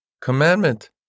commandment